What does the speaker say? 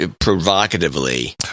provocatively